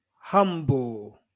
humble